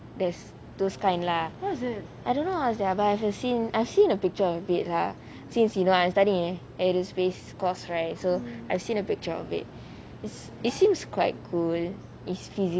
there's those kind lah I don't know how to say but I've seen I seen a picture of it lah since you know I study in aerospace course right so I've seen a picture of it is it seems quite cool is feasible